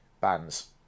bands